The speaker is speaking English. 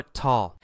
tall